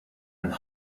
and